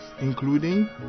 including